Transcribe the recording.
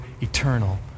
eternal